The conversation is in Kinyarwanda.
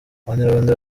abanyarwanda